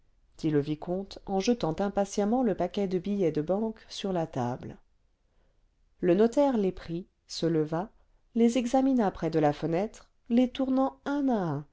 dit le vicomte en jetant impatiemment le paquet de billets de banque sur la table le notaire les prit se leva les examina près de la fenêtre les tournant un